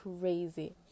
crazy